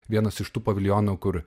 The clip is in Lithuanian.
vienas iš tų paviljonų kur